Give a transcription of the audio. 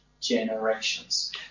generations